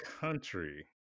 country